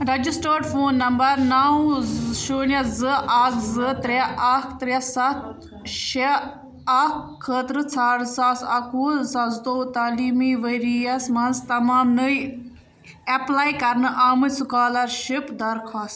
registered phone number نَو شُنیہِ زٕ اَکھ زٕ ترٛےٚ اَکھ ترٛےٚ سَتھ شےٚ اَکھ خٲطرٕ ژھانٛڈ زٕ ساس اَکوُہ زٕ ساس زٕتوٚوُہ تعلیٖمی ؤرۍ یَس مَنٛز تمام نٔے ایٚپلے کَرنہٕ آمٕتۍ سُکالرشِپ درخواست